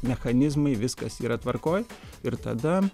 mechanizmai viskas yra tvarkoj ir tada